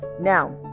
now